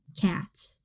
Cat